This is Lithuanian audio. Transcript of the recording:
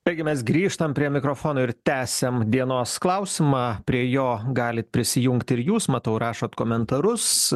taigi mes grįžtam prie mikrofono ir tęsiam dienos klausimą prie jo galit prisijungti ir jūs matau rašot komentarus